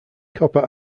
copper